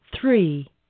three